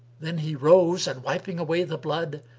then he rose and, wiping away the blood,